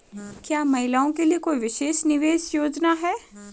क्या महिलाओं के लिए कोई विशेष निवेश योजना है?